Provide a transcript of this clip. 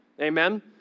Amen